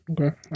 Okay